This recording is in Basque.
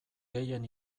gehien